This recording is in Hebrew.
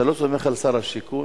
אתה לא סומך על שר השיכון?